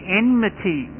enmity